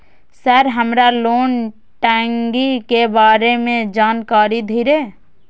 Sir हमरा loan टंगी के बारे में जान कारी धीरे?